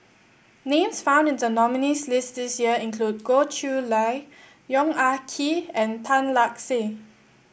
names found in the nominees' list this year include Goh Chiew Lye Yong Ah Kee and Tan Lark Sye